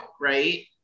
Right